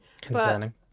concerning